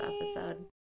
episode